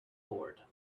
board